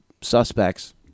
suspects